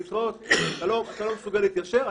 להתראות, שלום, אתה לא מסוגל להתיישר?